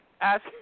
ask